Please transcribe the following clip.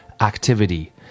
activity